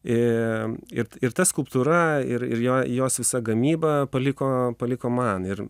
ė ir ir ta skulptūra ir ir jo jos visa gamyba paliko paliko man ir